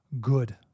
good